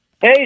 Hey